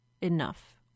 enough